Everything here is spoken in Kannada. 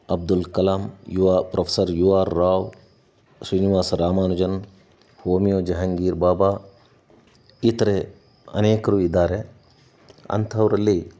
Abdul Kalam U R professor U R Rao Srinivasa Ramanujan Homi Jehangir Bhabha ಈ ಥರ ಅನೇಕರು ಇದ್ದಾರೆ ಅಂಥವರಲ್ಲಿ